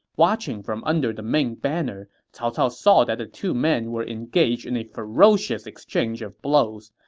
watching from under the main banner, cao cao saw that the two men were engaged in a ferocious exchange of blows,